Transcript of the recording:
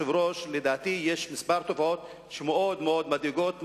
לדעתי יש כמה תופעות שמאוד-מאוד מדאיגות,